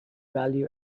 value